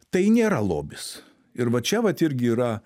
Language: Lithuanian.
tai nėra lobis ir va čia vat irgi yra